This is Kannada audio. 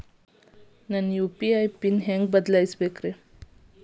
ನನ್ನ ಯು.ಪಿ.ಐ ಪಿನ್ ಹೆಂಗ್ ಬದ್ಲಾಯಿಸ್ಬೇಕು?